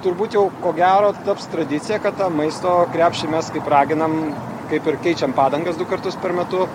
turbūt jau ko gero taps tradicija kad tą maisto krepšį mes kaip raginam kaip ir keičiam padangas du kartus per metu